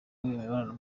imibonano